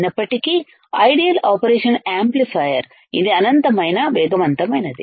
అయినప్పటికీ ideal operation amplifier ఇది అనంతమైన వేగవంతమైనది